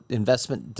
investment